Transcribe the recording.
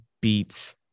beats